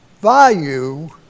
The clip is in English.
value